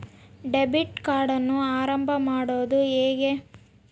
Debit ಕಾರ್ಡನ್ನು ಆರಂಭ ಮಾಡೋದು ಹೇಗೆ?